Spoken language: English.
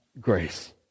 grace